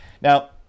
Now